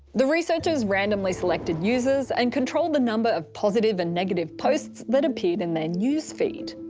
the researchers randomly selected users, and controlled the number of positive and negative posts that appeared in their news feed.